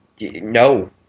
no